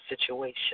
situation